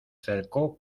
cercó